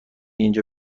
اینجا